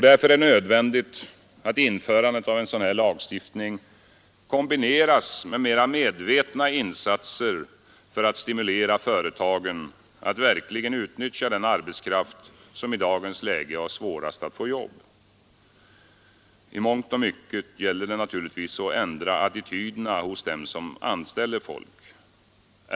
Därför är det nödvändigt att införandet av en sådan här lagstiftning kombineras med mera medvetna insatser för att stimulera företagen att verkligen utnyttja den arbetskraft som i dagens läge har svårast att få jobb. I mångt och mycket gäller det naturligtvis att ändra attityderna hos dem som anställer folk.